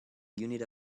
unit